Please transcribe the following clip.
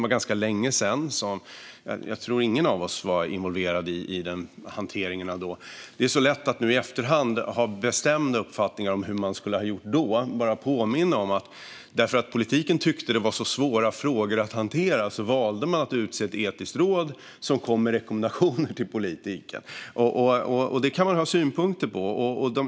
Det är ganska länge sedan, så jag tror inte att någon av oss var inblandad i hanteringen då. Det är lätt att nu i efterhand ha bestämda uppfattningar om hur man skulle ha gjort då. Jag vill bara påminna om att eftersom politiken tyckte att det var så svåra frågor att hantera valde man att utse ett etiskt råd, som kom med rekommendationer till politiken. Detta kan man ha synpunkter på.